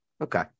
Okay